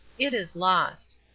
it is lost.